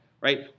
right